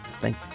thank